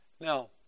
Now